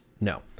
No